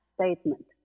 statement